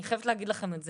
אני חייבת להגיד לכם את זה.